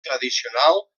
tradicional